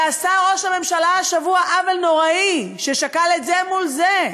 ועשה ראש הממשלה השבוע עוול נוראי כששקל את זה מול זה,